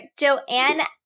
Joanne